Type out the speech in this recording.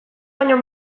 baino